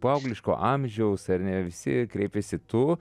paaugliško amžiaus ar ne visi kreipiasi tu